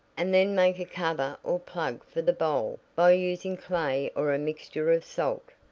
and then make a cover or plug for the bowl by using clay or a mixture of salt,